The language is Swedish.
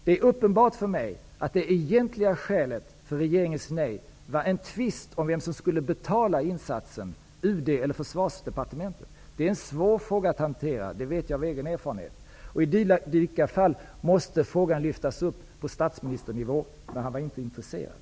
Det är uppenbart för mig, att det egentliga skälet för regeringens nej var en tvist om vem som skulle betala insatsen, UD eller Försvarsdepartementet. Det är en svår fråga att hantera, det vet jag av egen erfarenhet. I dylika fall måste frågan lyftas upp på statsministernivå, men han var inte intresserad.